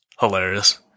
hilarious